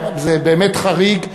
זה באמת חריג.